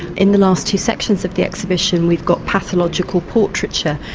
in the last two sections of the exhibition we've got pathological portraiture,